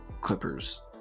clippers